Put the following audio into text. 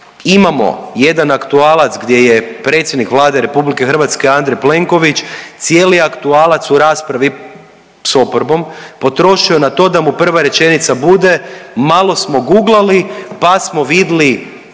imamo jedan aktualac gdje je predsjednik Vlade RH Andrej Plenković cijeli aktualac s oporbom potrošio na to da mu prva rečenica bude malo smo guglali pa smo vidli